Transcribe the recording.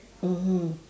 mmhmm